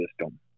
system